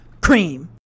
Cream